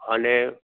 અને